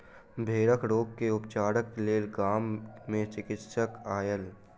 भेड़क रोग के उपचारक लेल गाम मे चिकित्सक आयल